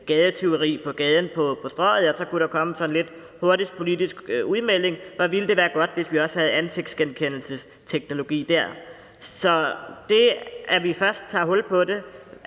gadetyveri på Strøget, kunne der komme en sådan lidt hurtig politisk udmelding om, hvor godt det ville være, hvis vi også havde ansigtsgenkendelsesteknologi dér. Det, at vi først tager hul på det,